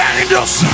angels